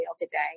today